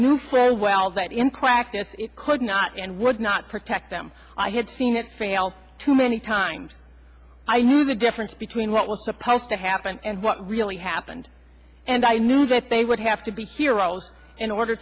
that in practice it could not and would not protect them i had seen it fail too many times i knew the difference between what was supposed to happen and what really happened and i knew that they would have to be heroes in order